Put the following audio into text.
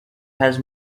has